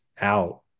out